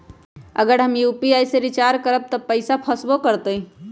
अगर हम यू.पी.आई से रिचार्ज करबै त पैसा फसबो करतई?